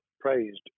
praised